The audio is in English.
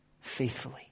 faithfully